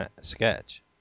sketch